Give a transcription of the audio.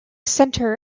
center